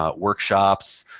ah workshops.